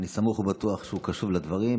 אני סמוך ובטוח שהוא קשוב לדברים,